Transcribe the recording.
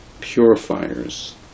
purifiers